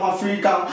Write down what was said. Africa